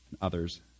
others